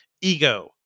ego